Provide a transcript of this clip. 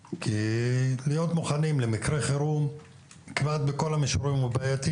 אלא כי להיות מוכנים למקרה חירום זה בעייתי כמעט בכל המישורים.